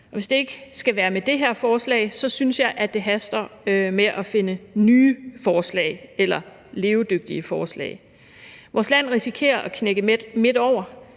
Hvis det ikke skal være med det her forslag, synes jeg at det haster med at finde nye forslag eller levedygtige forslag. Vi risikerer, at vores land knækker midt over,